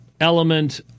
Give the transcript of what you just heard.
element